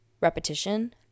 repetition